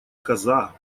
коза